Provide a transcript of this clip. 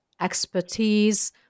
expertise